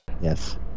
Yes